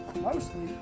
Mostly